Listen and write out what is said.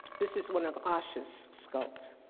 this is one of asch's skulls.